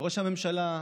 לראש הממשלה,